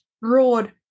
broad